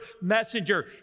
messenger